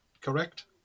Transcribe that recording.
correct